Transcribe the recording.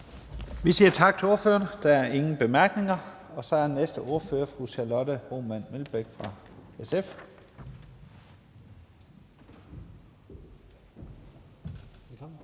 Vi siger tak til ordføreren. Der er ingen korte bemærkninger. Den næste ordfører er fru Charlotte Broman Mølbæk fra SF.